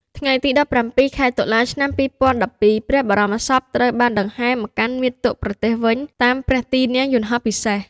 ថ្ងៃទី១៧ ខែតុលា ឆ្នាំ២០១២ ព្រះបរមសពត្រូវបានដង្ហែមកកាន់មាតុប្រទេសវិញ តាមព្រះទីនាំងយន្តហោះពិសេស។